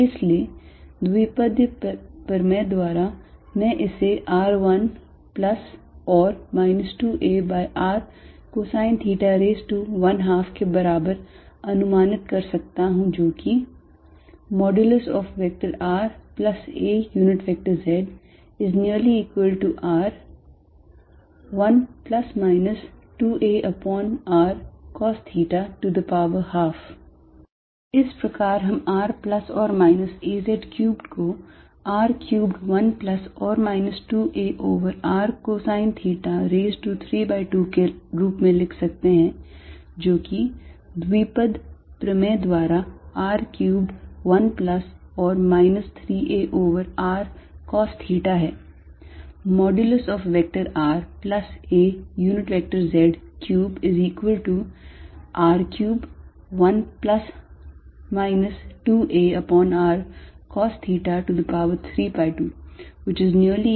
इसलिए द्विपद प्रमेय द्वारा मैं इसे r 1 plus or minus 2 a by r cosine theta raise to 1 half के बराबर अनुमानित सकता हूं जो कि raz≅r1±2arcosθ12 इस प्रकार हम r plus or minus a z cubed को r cubed 1 plus or minus 2a over r cosine theta raise to 3 by 2 के रूप में लिख सकते हैं जो कि द्विपद प्रमेय द्वारा r cubed 1 plus or minus 3a over r cos thetaहै